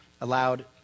allowed